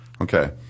Okay